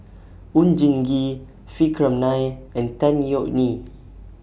Oon Jin Gee Vikram Nair and Tan Yeok Nee